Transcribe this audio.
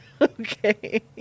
Okay